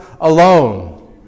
alone